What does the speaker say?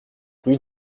rue